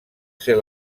ser